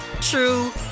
true